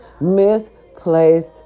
misplaced